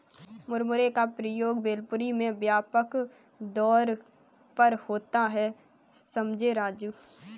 मुरमुरे का प्रयोग भेलपुरी में व्यापक तौर पर होता है समझे राजू